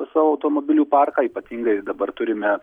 savo automobilių parką ypatingai dabar turime